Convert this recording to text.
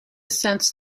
ascents